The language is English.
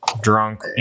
drunk